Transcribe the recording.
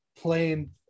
playing